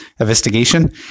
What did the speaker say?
investigation